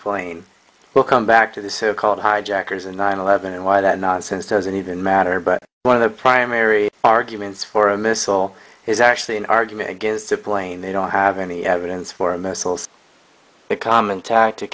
plane welcome back to the so called hijackers in nine eleven and why that nonsense doesn't even matter but one of the primary arguments for a missile is actually an argument against a plane they don't have any evidence for a missiles a common tactic